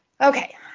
Okay